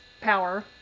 power